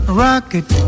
rocket